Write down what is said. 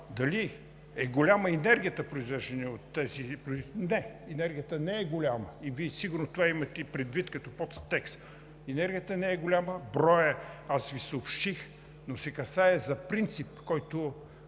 дали е голяма енергията, произвеждана от тези производители, не, енергията не е голяма и Вие сигурно това имахте предвид като подтекст. Енергията не е голяма, броя аз Ви съобщих, но се касае за принцип от